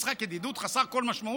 משחק ידידות חסר כל משמעות,